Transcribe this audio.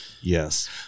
Yes